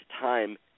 time